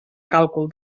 càlcul